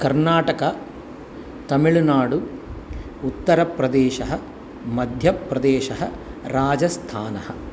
कर्नाटकः तमिल्नाडुः उत्तरप्रदेशः मध्यप्रदेशः राजस्थानः